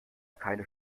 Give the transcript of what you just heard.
keine